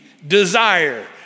Desire